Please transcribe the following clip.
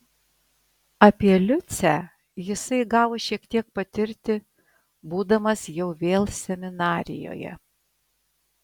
apie liucę jisai gavo šiek tiek patirti būdamas jau vėl seminarijoje